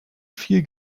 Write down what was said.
viel